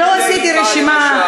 אני לא עשיתי רשימה,